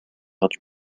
heures